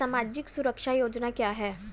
सामाजिक सुरक्षा योजना क्या है?